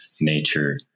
nature